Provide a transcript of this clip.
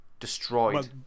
destroyed